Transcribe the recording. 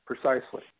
precisely